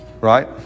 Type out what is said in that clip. Right